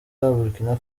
burkina